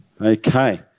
Okay